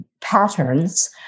patterns